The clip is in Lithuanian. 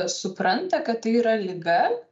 supranta kad tai yra liga